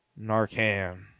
Narcan